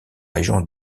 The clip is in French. région